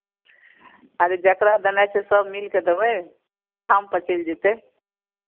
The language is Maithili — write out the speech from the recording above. अरे जकरा देनाइ छै सभ मिलि कऽ देबै ठामपर चलि जेतै